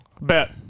Bet